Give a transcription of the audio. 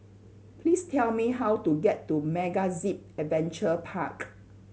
please tell me how to get to MegaZip Adventure Park